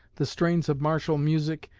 the strains of martial music,